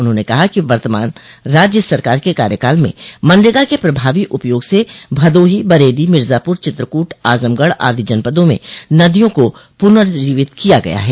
उन्होंने कहा कि वर्तमान राज्य सरकार के कार्यकाल में मनरेगा के प्रभावी उपयोग से भदोही बरेली मिर्जापुर चित्रकूट आजमगढ़ आदि जनपदों मे नदियों को पूनजीवित किया गया है